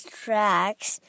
tracks